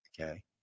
Okay